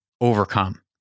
overcome